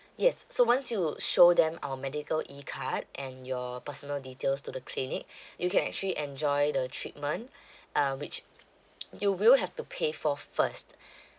yes so once you show them our medical ecard and your personal details to the clinic you can actually enjoy the treatment uh which you will have to pay for first